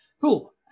Cool